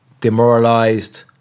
demoralized